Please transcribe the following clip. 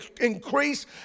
increase